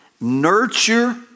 nurture